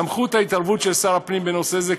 סמכות ההתערבות של שר הפנים בנושא זה,